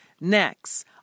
Next